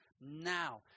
now